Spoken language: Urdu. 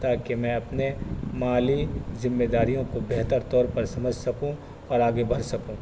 تاکہ میں اپنے مالی ذمہ داریوں کو بہتر طور پر سمجھ سکوں اور آگے بڑھ سکوں